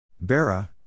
Bera